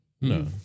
No